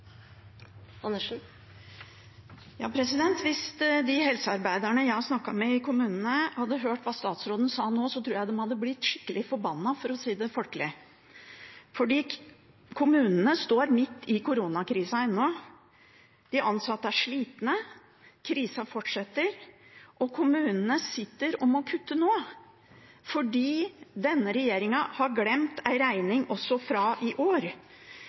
Andersen – til oppfølgingsspørsmål. Hvis de helsearbeiderne jeg har snakket med i kommunene, hadde hørt hva statsråden sa nå, tror jeg de hadde blitt skikkelig forbanna – for å si det folkelig. Kommunene står midt i koronakrisen ennå, de ansatte er slitne, krisen fortsetter, og kommunene sitter og må kutte nå fordi denne regjeringen har glemt en regning også fra i år.